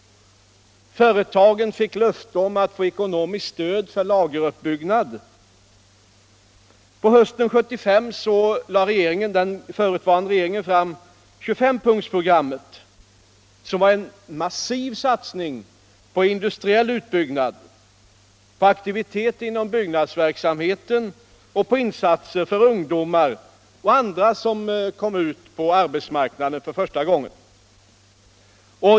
Företagen fick löfte om ekonomiskt stöd för lageruppbyggnad. På hösten 1975 lade den dåvarande regeringen fram 25-punktsprogrammet, som var en massiv satsning på industriell utbyggnad, på aktivitet inom byggnadsverksamheten och på insatser för ungdomar och andra som kom ut på arbetsmarknaden för första gången.